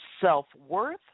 self-worth